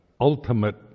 ultimate